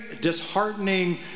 disheartening